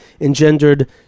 engendered